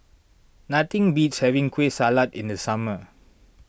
nothing beats having Kueh Salat in the summer